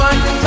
One